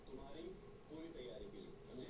गेंहू धान के छोट छोट बोझा भी बांध देवला